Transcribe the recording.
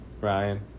Ryan